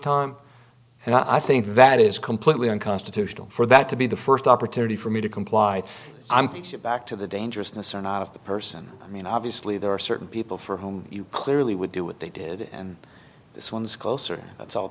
time and i think that is completely unconstitutional for that to be the first opportunity for me to comply i'm piece it back to the dangerousness or not of the person i mean obviously there are certain people for whom you clearly would do what they did it end this one's closer that's all